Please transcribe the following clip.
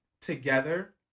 together